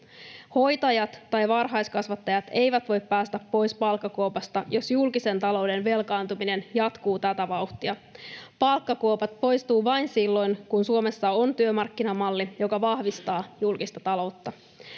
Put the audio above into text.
Hoitajat tai varhaiskasvattajat eivät voi päästä pois palkkakuopasta, jos julkisen talouden velkaantuminen jatkuu tätä vauhtia. Palkkakuopat poistuvat vain silloin, kun Suomessa on työmarkkinamalli, joka vahvistaa julkista taloutta.